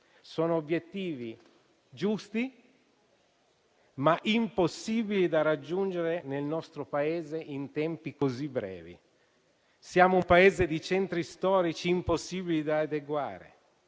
Sono obiettivi giusti, ma impossibili da raggiungere nel nostro Paese in tempi così brevi. Siamo un Paese di centri storici impossibili da adeguare;